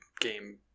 game